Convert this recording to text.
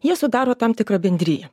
jie sudaro tam tikrą bendriją